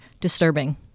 disturbing